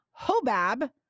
Hobab